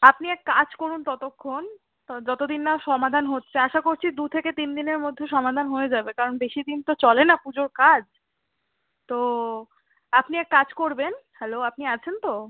আপনি এক কাজ করুন ততক্ষণ ত যতো দিন না সমাধান হচ্ছে আশা করছি দু থেকে তিন দিনের মধ্যে সমাধান হয়ে যাবে কারণ বেশি দিন তো চলে না পুজোর কাজ তো আপনি এক কাজ করবেন হ্যালো আপনি আছেন তো